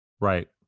Right